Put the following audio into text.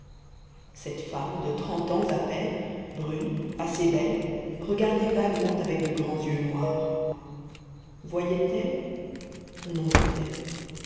cette femme de trente ans à peine brune assez belle regardait vaguement avec de grands yeux noirs voyait-elle on en doutait